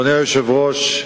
אדוני היושב-ראש,